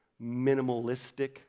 minimalistic